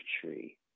tree